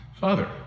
Father